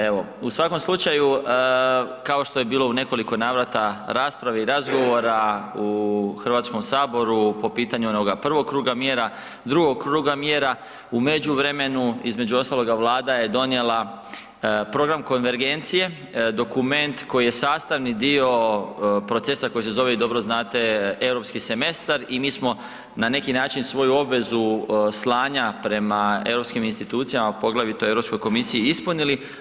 Evo u svakom slučaju kao što je bilo u nekoliko navrata raspravi i razgovora u HS-u po pitanju onog prvog kruga mjera, drugog kruga mjera u međuvremenu između ostaloga Vlada je donijela program konvergencije, dokument koji je sastavni dio procesa koji se zove, vi dobro znate Europski semestar i mi smo na neki način svoju obvezu slanja prema europskim institucijama, poglavito Europskoj komisiji ispunili.